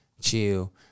chill